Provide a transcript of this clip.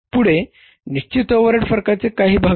पुढे निश्चित ओव्हरहेड फरकाचे काही भाग आहेत